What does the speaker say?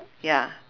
ya